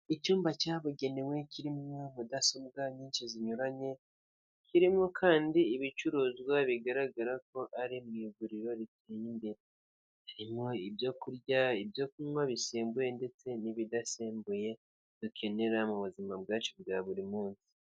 Icyumba cyabugenewe kirimo mudasobwa nyinshi zinyuranye, kirimo kandi ibicuruzwa bigaragara ko ari mu iguriro riteye imbere, ririmo ibyo kurya, ibyo kunywa bisembuye ndetse n'ibidasembuye dukenera mu buzima bwacu bwa buri munsi.